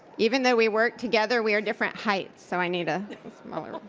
even though we work together, we are different heights so i need a smaller